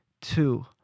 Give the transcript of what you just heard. two